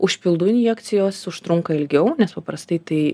užpildų injekcijos užtrunka ilgiau nes paprastai tai